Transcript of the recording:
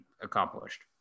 accomplished